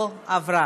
לא עברה.